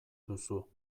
duzu